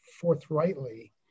forthrightly